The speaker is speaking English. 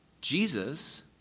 Jesus